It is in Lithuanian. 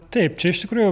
taip čia iš tikrųjų